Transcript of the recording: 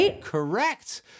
correct